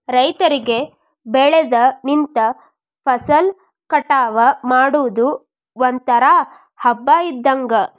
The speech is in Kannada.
ರೈತರಿಗೆ ಬೆಳದ ನಿಂತ ಫಸಲ ಕಟಾವ ಮಾಡುದು ಒಂತರಾ ಹಬ್ಬಾ ಇದ್ದಂಗ